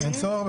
אין צורך?